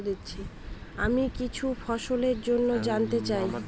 আমি কিছু ফসল জন্য জানতে চাই